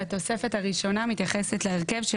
התוספת הראשונה מתייחסת להרכב של